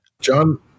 John